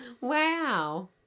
Wow